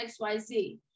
xyz